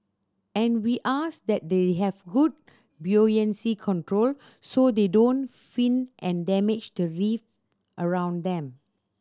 and we ask that they have good buoyancy control so they don't fin and damage the reef around them